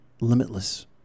limitless